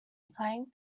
flying